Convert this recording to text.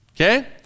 Okay